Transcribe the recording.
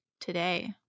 today